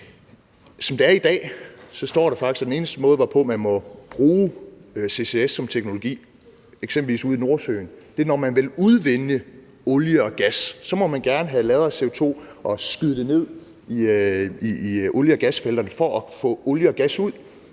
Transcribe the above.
Som det er i dag, står der faktisk, at den eneste måde, hvorpå man må bruge CCS som teknologi, eksempelvis ude i Nordsøen, er, når man vil udvinde olie og gas. Så må man gerne lagre CO2 og skyde det ned i olie- og gasfelterne for at få olie og gas ud.